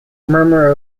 murmur